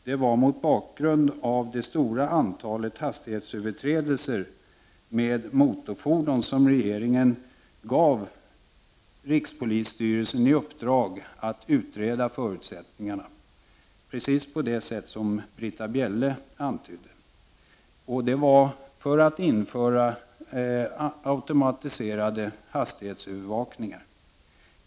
Det var mot bakgrund av det stora antalet hastighetsöverträdelser med motorfordon som regeringen gav rikspolisstyrelsen i uppdrag att utreda förutsättningarna för att införa automatiserade hastighetsövervakningar.